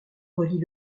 relie